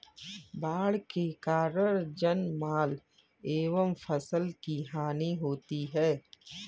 बाढ़ के कारण जानमाल एवं फसल की हानि होती है